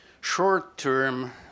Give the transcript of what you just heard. short-term